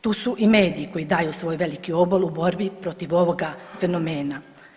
Tu su i mediji koji daju svoj veliki obol u borbi protiv ovoga fenomena.